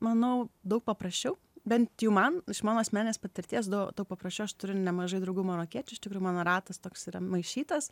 manau daug paprasčiau bent jau man iš mano asmeninės patirties daug to paprašiau aš turiu nemažai draugų marokiečių iš tikrųjų mano ratas toks yra maišytas